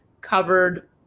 covered